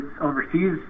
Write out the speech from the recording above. overseas